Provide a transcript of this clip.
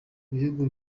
ibihugu